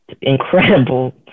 incredible